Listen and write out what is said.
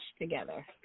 together